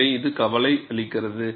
எனவே அது கவலை அளிக்கிறது